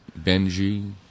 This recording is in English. Benji